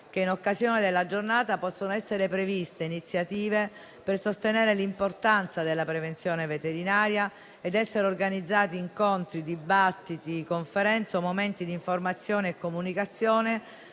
che, in occasione della Giornata, possano essere previste iniziative per sostenere l'importanza della prevenzione veterinaria ed essere organizzati incontri, dibattiti, conferenze o momenti di informazione e comunicazione